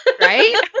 Right